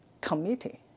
Committee